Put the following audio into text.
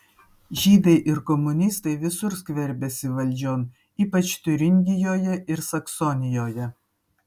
žydai ir komunistai visur skverbiasi valdžion ypač tiuringijoje ir saksonijoje